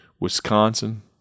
Wisconsin